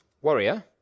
warrior